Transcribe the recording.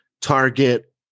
Target